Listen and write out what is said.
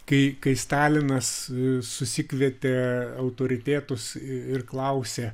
kai kai stalinas susikvietė autoritetus ir klausė